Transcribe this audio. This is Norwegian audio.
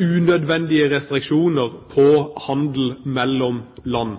unødvendige restriksjoner på handel mellom land.